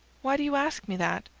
why do you ask me that?